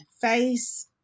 face